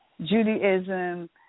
Judaism